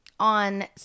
on